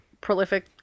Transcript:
prolific